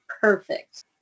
perfect